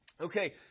Okay